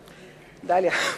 דליה.